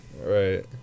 right